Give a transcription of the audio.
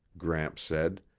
gramps said.